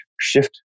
Shift